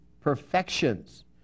perfections